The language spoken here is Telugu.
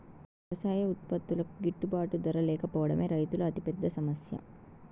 వ్యవసాయ ఉత్పత్తులకు గిట్టుబాటు ధర లేకపోవడమే రైతుల అతిపెద్ద సమస్య